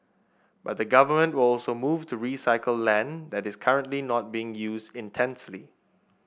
but the government will also move to recycle land that is currently not being used intensely